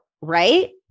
Right